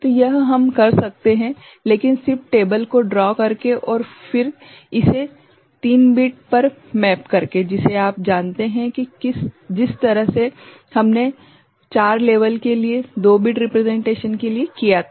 तो यह हम कर सकते हैं लेकिन सिर्फ टेबल को ड्रॉ करके और फिर इसे 3 बिट पर मैप करके जिसे आप जानते हैं जिस तरह से हमने 4 स्तर के लिए 2 बिट रिप्रेसेंटशन के लिए किया था